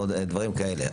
או דברים כאלה.